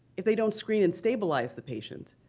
if they don't screen and stabilize the patient,